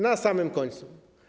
Na samym końcu.